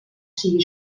sigui